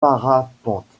parapente